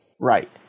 Right